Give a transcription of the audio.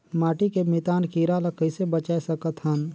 माटी के मितान कीरा ल कइसे बचाय सकत हन?